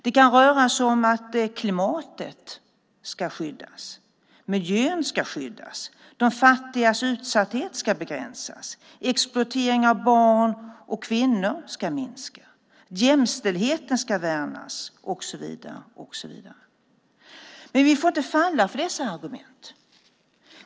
Det kan röra sig om att klimatet ska skyddas, att miljön ska skyddas, att de fattigas utsatthet ska begränsas, att exploatering av barn och kvinnor ska minska, att jämställdheten ska värnas och så vidare. Men vi får inte falla för dessa argument.